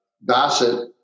Bassett